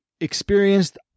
experienced